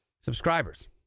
subscribers